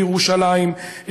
בירושלים,